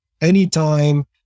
anytime